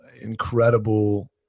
incredible